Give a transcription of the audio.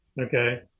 okay